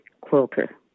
quilter